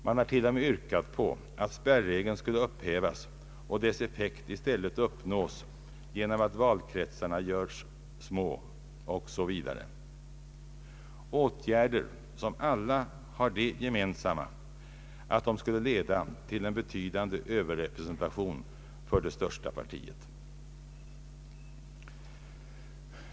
Man har till och med yrkat att spärregeln skulle upphävas och dess effekt i stället uppnås genom att valkretsarna görs små o.s.v., åtgärder som alla har det gemensamt att de skulle leda till en betydande överrepresentation för det största partiet.